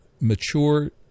mature